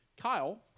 Kyle